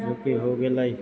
जोकी हो गेलै